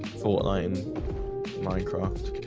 four iron minecraft